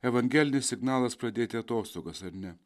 evangelinis signalas pradėti atostogas ar ne